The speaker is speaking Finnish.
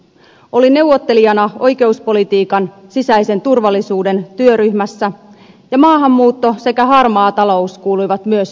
olin neuvottelijana oikeuspolitiikan sisäisen turvallisuuden työryhmässä ja maahanmuutto sekä harmaa talous kuuluivat myös meille